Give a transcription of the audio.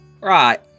Right